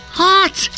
hot